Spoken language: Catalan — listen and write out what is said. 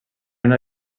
una